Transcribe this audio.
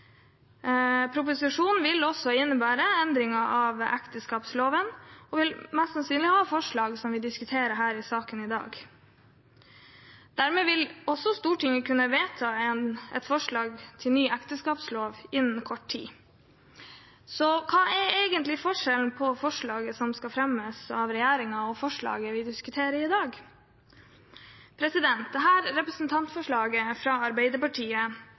Proposisjonen vil også innebære endringer av ekteskapsloven og mest sannsynlig ha forslag som vi diskuterer her i salen i dag. Dermed vil Stortinget kunne vedta et forslag til ny ekteskapslov innen kort tid. Hva er egentlig forskjellen på forslaget som skal fremmes av regjeringen, og forslaget vi diskuterer i dag? Dette representantforslaget fra Arbeiderpartiet